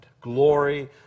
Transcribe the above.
Glory